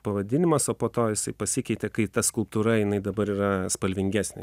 pavadinimas o po to jisai pasikeitė kai ta skulptūra jinai dabar yra spalvingesnė